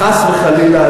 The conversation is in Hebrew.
חס וחלילה.